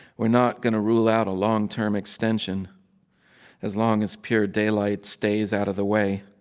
we're not going to rule out a long-term extension as long as pure daylight stays out of the way.